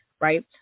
right